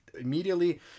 immediately